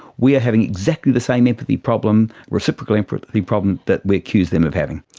we are having exactly the same empathy problem, reciprocal empathy problem that we accuse them of having.